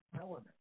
element